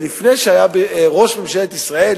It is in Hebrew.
שלפני שהיה ראש ממשלת ישראל,